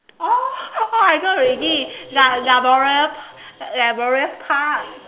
oh oh I know already la~ la~ Labrador Park